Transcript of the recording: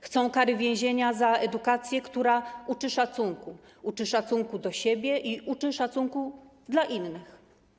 Chcą kary więzienia za edukację, która uczy szacunku, uczy szacunku do siebie i uczy szacunku dla innych.